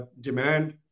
demand